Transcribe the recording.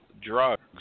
drugs